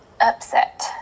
upset